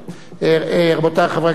רבותי חברי הכנסת, תודה רבה.